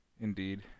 indeed